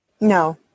No